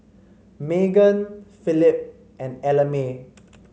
Meghan Phillip and Ellamae